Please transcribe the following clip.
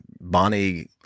bonnie